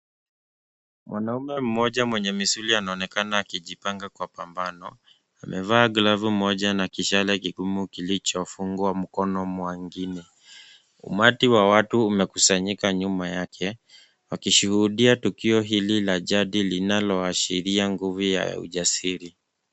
Mwanaume mmoja mwenye misuli anaonekana akijipanga kwa pambano. Amevaa glavu moja na kishale kigumu kilicho fungwa mkono mwingine. Umati wa watu wamekusanyika nyuma yake wakishuhudia tukio hili la jadi linalo ashiria nguvu ya ujasiri.